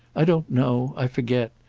i don't know i forget.